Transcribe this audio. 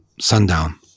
sundown